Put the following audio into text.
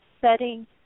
setting